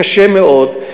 קשה מאוד,